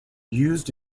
used